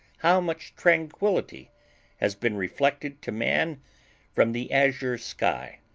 how much tranquillity has been reflected to man from the azure sky,